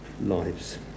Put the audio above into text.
lives